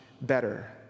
better